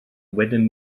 wedyn